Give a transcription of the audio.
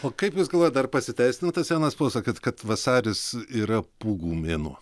o kaip jūs galvojat ar pasiteisina tas senas posakis kad vasaris yra pūgų mėnuo